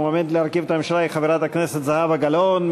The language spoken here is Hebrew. המועמדת להרכיב את הממשלה היא חברת הכנסת זהבה גלאון.